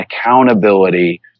accountability